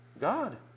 God